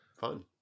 fun